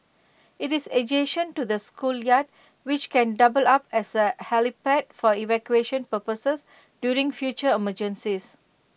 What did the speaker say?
IT is adjacent to the schoolyard which can double up as A helipad for evacuation purposes during future emergencies